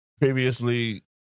previously